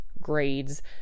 grades